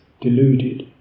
Deluded